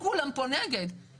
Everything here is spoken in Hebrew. חלק מהתחנות אפילו אושרו.